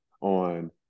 on